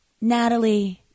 Natalie